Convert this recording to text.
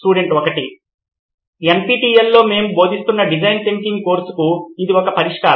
student 1 ఎన్పిటిఎల్లో మేము బోధిస్తున్న డిజైన్ థింకింగ్ కోర్సుకు ఇది ఒక పరిష్కారం